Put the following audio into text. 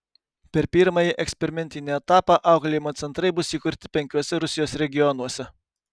per pirmąjį eksperimentinį etapą auklėjimo centrai bus įkurti penkiuose rusijos regionuose